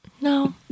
no